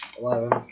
Eleven